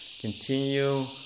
Continue